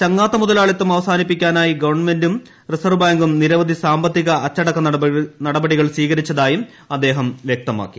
ചങ്ങാത്ത മുതലാളിത്തും അവസാനിപ്പിക്കാനായി ഗവൺമെന്റും റിസർവ്വ് ബാങ്കു്ക് നിർവധി സാമ്പത്തിക അച്ചടക്ക നടപടികൾ സ്വീകരിച്ചതായും അദ്ദേഹം വ്യക്തമാക്കി